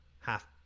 half